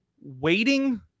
waiting